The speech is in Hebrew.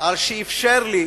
על שאפשר לי